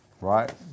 right